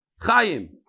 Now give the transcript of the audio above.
Chaim